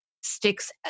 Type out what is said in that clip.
sticks